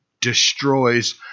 destroys